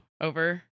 over